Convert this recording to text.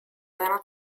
seiner